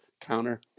counter